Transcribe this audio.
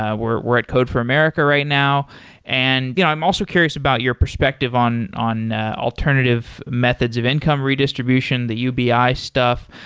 ah we're we're at code for america right now and you know i'm also curious about your perspective on on alternative methods of income redistribution, the ubi stuff.